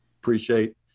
appreciate